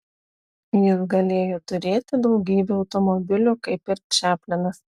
jis galėjo turėti daugybę automobilių kaip ir čaplinas